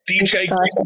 DJ